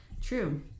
True